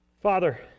Father